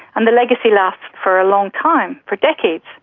and the legacy lasts for a long time, for decades.